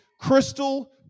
crystal